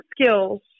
skills